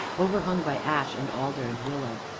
overhung by ash and alder and willow,